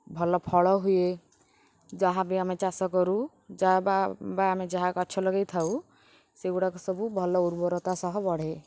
ଭଲ ଫଳ ହୁଏ ଯାହା ବି ଆମେ ଚାଷ କରୁ ଯାହା ବା ଆମେ ଯାହା ଗଛ ଲଗାଇଥାଉ ସେଗୁଡ଼ାକ ସବୁ ଭଲ ଉର୍ବରତା ସହ ବଢ଼େ